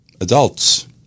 adults